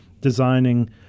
designing